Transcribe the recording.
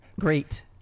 great